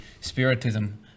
spiritism